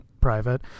private